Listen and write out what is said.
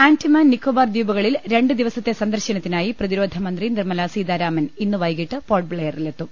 ആൻഡമാൻ നിക്കോബാർ ദ്വീപുകളിൽ രണ്ടു ദിവസത്തെ സന്ദർശനത്തിനായി പ്രതിരോധമന്ത്രി നിർമ്മലാ സീതാരാമൻ ഇന്ന് വൈകീട്ട് പോർട്ട് ബ്ലെയറിലെത്തും